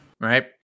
right